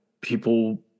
people